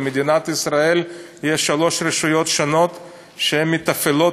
במדינת ישראל יש שלוש רשויות שונות שמתפעלות